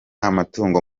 amatungo